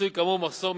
המצוי כאמור במחסור,